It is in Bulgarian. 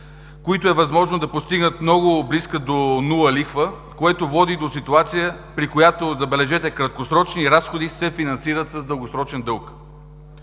които е възможно да постигнат много близка до нула лихва, което води до ситуация, при която, забележете, краткосрочни разходи се финансират с дългосрочен дълг.